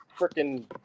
freaking